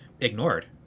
ignored